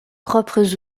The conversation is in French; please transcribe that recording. propres